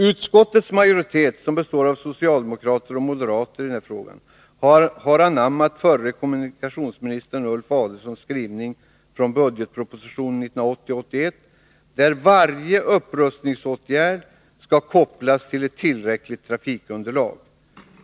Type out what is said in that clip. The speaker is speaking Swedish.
Utskottets majoritet, som i den här frågan består av socialdemokrater och moderater, har anammat förre kommunikationsministern Ulf Adelsohns skrivning från budgetpropositionen 1980/81, där varje upprustningsåtgärd skall kopplas till ett tillräckligt trafikunderlag.